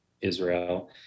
Israel